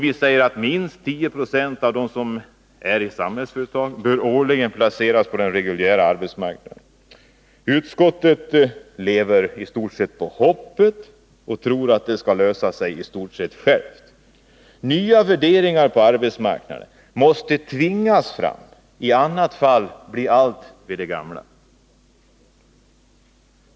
Vi säger att minst 10 90 av de anställda i Samhällsföretag årligen bör placeras på den reguljära arbetsmarknaden. Utskottet lever i stort sett på hoppet och tror att det hela skall lösa sig självt i stort sett. Men nya värderingar på arbetsmarknaden måste tvingas fram. I annat fall blir allt vid det gamla.